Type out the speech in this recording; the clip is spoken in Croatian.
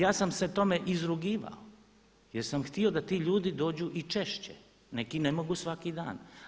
Ja sam se tome izrugivao jer sam htio da ti ljudi dođu i češće, neki ne mogu svaki dan.